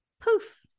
poof